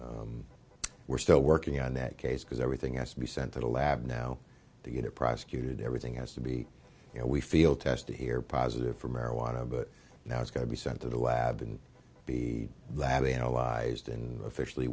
felony we're still working on that case because everything has to be sent to the lab now to get it prosecuted everything has to be you know we feel tested here positive for marijuana but now it's going to be sent to the lab and be lab analyzed and officially